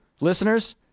listeners